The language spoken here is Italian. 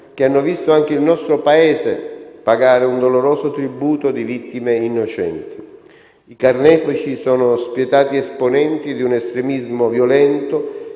che hanno visto anche il nostro Paese pagare un doloroso tributo di vittime innocenti. I carnefici sono spietati esponenti di un estremismo violento